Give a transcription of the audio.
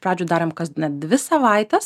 pradžių darome kas net dvi savaites